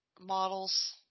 Models